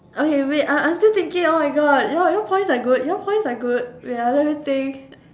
okay wait I'm I'm still thinking oh my god your your points are good your points are good wait ah let me think